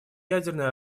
ядерное